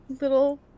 little